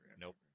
Nope